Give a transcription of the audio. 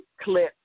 clip